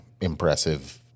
impressive